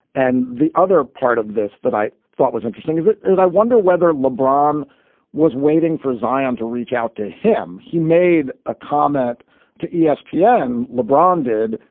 and the other part of this that i thought was interesting is that that i wonder whether lebron um was waiting for zion to reach out to him. he made a comment to yeah espn. yeah and lebron did,